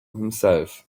himself